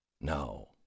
No